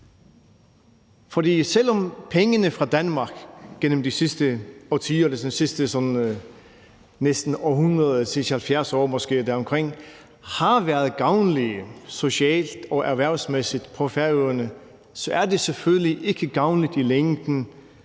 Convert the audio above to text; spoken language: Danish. de sidste 70 år eller deromkring har været gavnlige, socialt og erhvervsmæssigt, på Færøerne, så er det selvfølgelig ikke gavnligt i længden